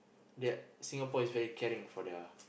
that Singapore is very caring for their